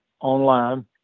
online